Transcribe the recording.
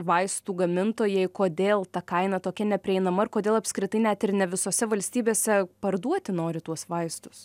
vaistų gamintojai kodėl ta kaina tokia neprieinama ir kodėl apskritai net ir ne visose valstybėse parduoti nori tuos vaistus